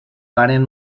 varen